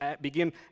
begin